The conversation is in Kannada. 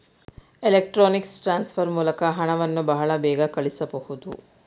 ಎಲೆಕ್ಟ್ರೊನಿಕ್ಸ್ ಟ್ರಾನ್ಸ್ಫರ್ ಮೂಲಕ ಹಣವನ್ನು ಬಹಳ ಬೇಗ ಕಳಿಸಬಹುದು